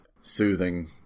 soothing